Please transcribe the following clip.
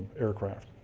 aircraft.